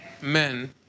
men